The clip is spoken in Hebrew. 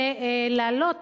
זה להעלות